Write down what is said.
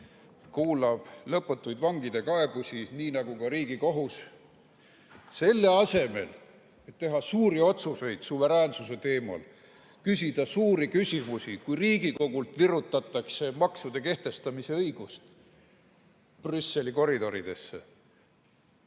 kuulab lõputuid vangide kaebusi – nii nagu ka Riigikohus – selle asemel, et teha suuri otsuseid suveräänsuse teemal, küsida suuri küsimusi. Kui Riigikogult virutatakse maksude kehtestamise õigus Brüsseli koridoridesse